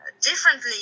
differently